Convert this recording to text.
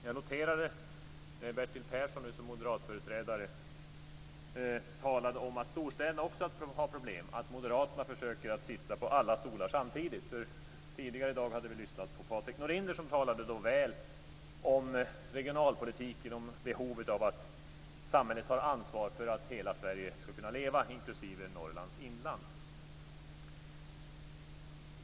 När Bertil Persson nu som moderatföreträdare talade om att storstäder också har problem, noterade jag att moderaterna försöker att sitta på alla stolar samtidigt. Tidigare i dag hade vi ju lyssnat på Patrik Norinder som talade väl om regionalpolitiken och om behovet av att samhället tar ansvar för att hela Sverige skall kunna leva - inklusive Norrlands inland.